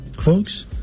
folks